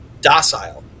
docile